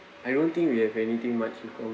I don't think we have anything much in